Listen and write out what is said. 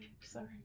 sorry